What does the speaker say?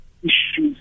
issues